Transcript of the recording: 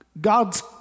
God's